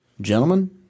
Gentlemen